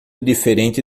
diferente